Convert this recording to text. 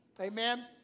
Amen